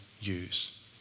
use